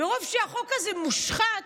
מרוב שהחוק הזה מושחת,